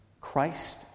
Christ